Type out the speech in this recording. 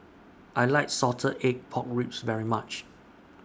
I like Salted Egg Pork Ribs very much